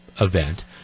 event